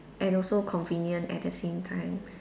and also convenient at the same time